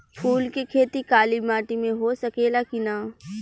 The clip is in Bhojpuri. फूल के खेती काली माटी में हो सकेला की ना?